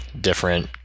different